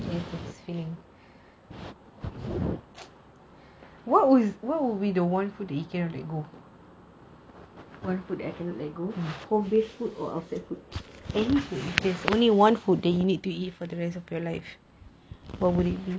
home based food or outside food